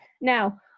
Now